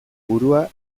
burua